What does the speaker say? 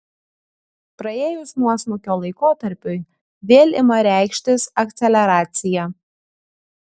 praėjus nuosmukio laikotarpiui vėl ima reikštis akceleracija